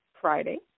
Friday